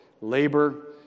labor